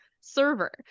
server